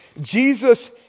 Jesus